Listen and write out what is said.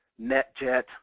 NetJet